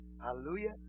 Hallelujah